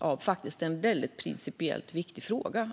en principiellt väldigt viktig fråga.